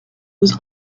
was